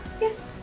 Yes